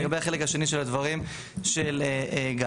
לגבי החלק השני של הדברים של גיא.